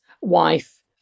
wife